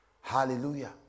hallelujah